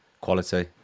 quality